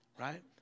right